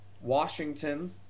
Washington